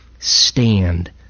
stand